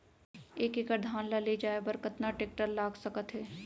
एक एकड़ धान ल ले जाये बर कतना टेकटर लाग सकत हे?